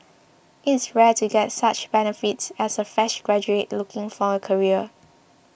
it is rare to get such benefits as a fresh graduate looking for a career